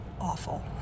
awful